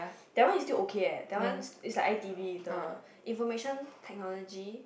that one is still okay leh that one is like I_T_E the Information Technology